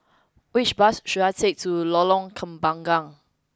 which bus should I take to Lorong Kembagan